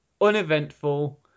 uneventful